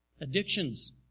Addictions